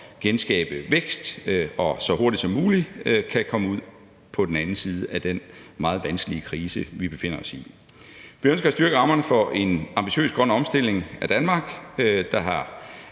genskabe vækst og så hurtigt som muligt kan komme ud på den anden side af den meget vanskelige krise, vi befinder os i. Vi ønsker at styrke rammerne for en ambitiøs grøn omstilling af Danmark, der